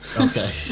Okay